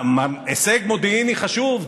הישג מודיעיני חשוב,